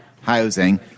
housing